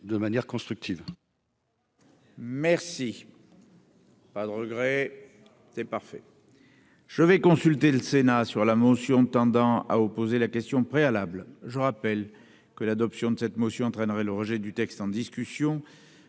de manière constructive. Merci, pas de regret c'est parfait. Je vais consulter le Sénat sur la motion tendant à opposer la question préalable, je rappelle que l'adoption de cette motion entraînerait le rejet du texte en discussion